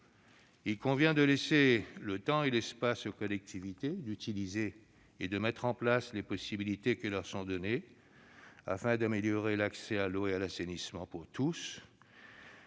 Il convient de laisser le temps et l'espace aux collectivités d'utiliser et de mettre en place les possibilités qui leur sont données afin d'améliorer l'accès à l'eau et à l'assainissement pour tous